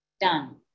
Done